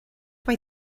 mae